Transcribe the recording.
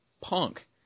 punk